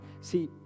See